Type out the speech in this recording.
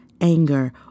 anger